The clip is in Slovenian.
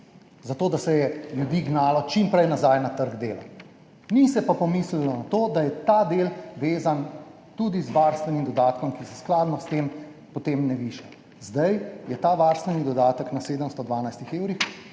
zato da se je ljudi gnalo čim prej nazaj na trg dela. Ni se pa pomislilo na to, da je ta del vezan tudi z varstvenim dodatkom, ki se skladno s tem potem ne viša. Zdaj je ta varstveni dodatek na 712 evrih,